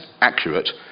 accurate